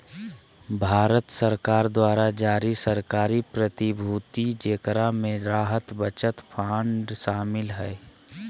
भारत सरकार द्वारा जारी सरकारी प्रतिभूति जेकरा मे राहत बचत बांड शामिल हइ